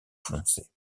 foncée